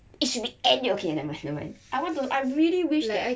it should be an~ okay nevermind nevermind I want to I really wish to